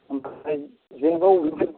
आमफ्राय